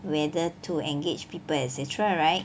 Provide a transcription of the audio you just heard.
whether to engage people et cetera right